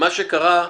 מה שקרה,